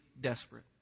desperate